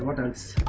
nice